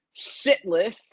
shitless